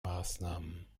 maßnahmen